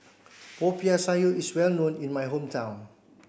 Popiah Sayur is well known in my hometown